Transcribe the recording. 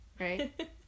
right